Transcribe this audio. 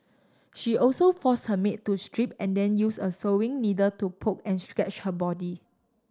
she also forced her maid to strip and then used a sewing needle to poke and scratch her body